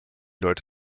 leute